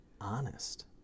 honest